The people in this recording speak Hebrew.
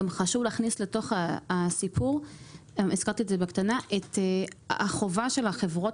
גם חשוב להכניס לסיכום את החובה של החברות